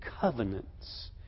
covenants